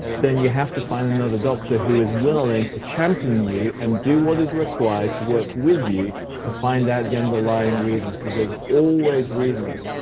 then you have to find another doctor who is willing to champion you and do what is required to work with you to find out the underlying reasons, cause there's always reasons.